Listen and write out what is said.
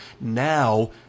now